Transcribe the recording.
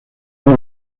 uno